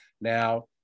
Now